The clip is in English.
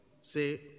say